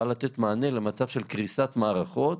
בא לתת מענה למצב של קריסת מערכות